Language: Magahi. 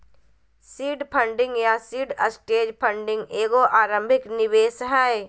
सीड फंडिंग या सीड स्टेज फंडिंग एगो आरंभिक निवेश हइ